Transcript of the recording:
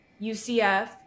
UCF